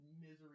misery